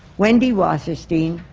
wendy wasserstein,